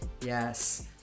Yes